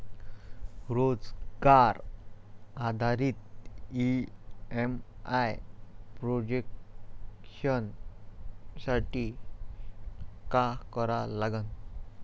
रोजगार आधारित EMI projection साठी का करा लागन?